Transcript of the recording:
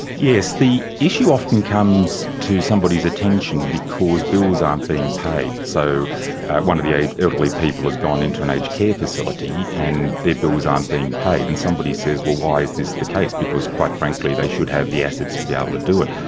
yes, the issue often comes to somebody's attention because bills aren't being paid. so one of the elderly people has gone into an aged care facility and their bills aren't being paid, and somebody says, well, why is this the case, because quite frankly they should have the assets to be able to do it.